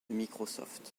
microsoft